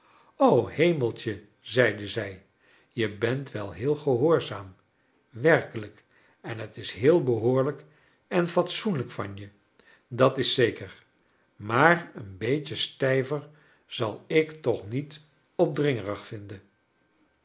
o hemeltje zeide zij je bent wel heel gehoorzaam werkelijk en het is heel behoorlijk en fatsoenlijk van je dat is zeker maar een beetje stijver zal ik toch niet opdringerig vinden